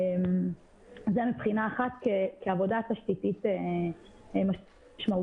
זה מבחינה אחת כעבודה תשתיתית משמעותית.